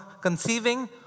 conceiving